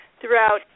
throughout